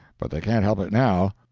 but they can't help it now.